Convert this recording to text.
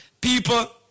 People